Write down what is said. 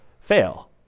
fail